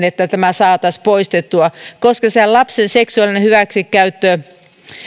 että tämä saataisiin poistettua koska se lapsen seksuaalinen hyväksikäyttö